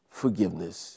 forgiveness